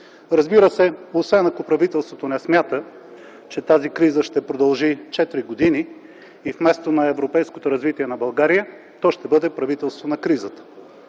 Разбира се, освен ако правителството не смята, че тази криза ще продължи четири години и вместо на европейското развитие на България то ще бъде правителство на кризата.